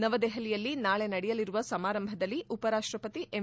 ನವದೆಹಲಿಯಲ್ಲಿ ನಾಳೆ ನಡೆಯಲಿರುವ ಸಮಾರಂಭದಲ್ಲಿ ಉಪರಾಷ್ಟಪತಿ ಎಂ